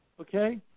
okay